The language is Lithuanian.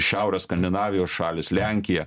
šiaurės skandinavijos šalys lenkija